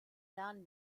lernen